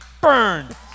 burned